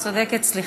את צודקת, סליחה.